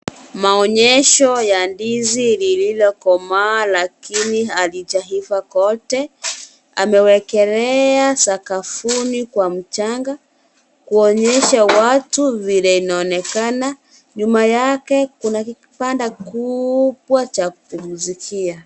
Maonyesho ya ndizi lililokomaa lakini alijaiva kote. Amewekelea sakafuni kwa mchanga, kunyesha watu vile inaonekana. Nyuma yake, kuna kibanda kubwa cha kupumzika.